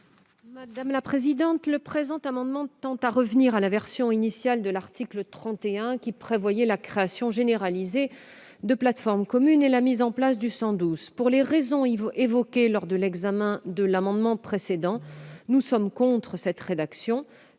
de la commission ? Le présent amendement tend à revenir à la version initiale de l'article 31, qui prévoyait la création généralisée de plateformes communes et la mise en place du 112. Pour les motifs évoqués lors de l'examen de l'amendement précédent, et la raison l'emportant, nous sommes contre cette rédaction.